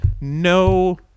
no